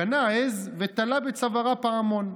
קנה עז ותלה בצווארה פעמון,